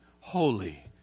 holy